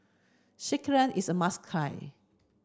Sekihan is a must